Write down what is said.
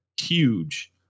huge